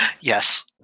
Yes